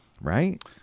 Right